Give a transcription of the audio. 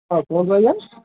ହଁ କୁହନ୍ତୁ ଆଜ୍ଞା